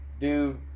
Dude